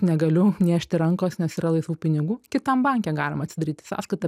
negaliu niežti rankos nes yra laisvų pinigų kitam banke galima atsidaryti sąskaitą